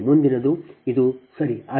ಈಗ ಮುಂದಿನದು ಇದು ಸರಿ